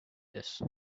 this